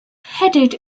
headed